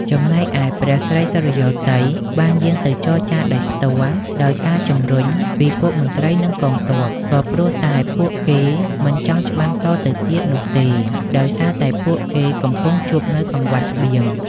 ចំណែកឯព្រះស្រីសុរិយោទ័យបានយាងទៅចរចារដោយផ្ទាល់ ដោយការជម្រុញពីពួកមន្ត្រីនិងកងទ័ព ក៏ព្រោះតែពួកគេមិនចង់ច្បាំងតទៅទៀតនោះទេ ដោយសារតែពួកគេកំពុងជួបនូវកង្វះស្បៀង។